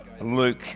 Luke